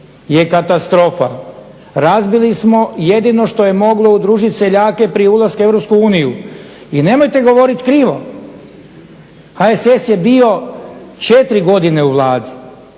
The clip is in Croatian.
je katastrofa. Razbili smo jedino što je moglo udružiti seljake prije ulaska u Europsku uniju. I nemojte govoriti krivo. HSS je bio četiri godine u Vladi.